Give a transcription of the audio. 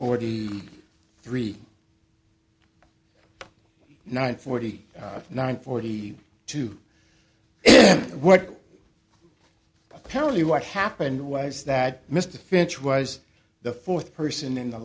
forty three nine forty nine forty two what apparently what happened was that mr finch was the fourth person in the